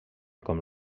com